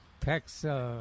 Texas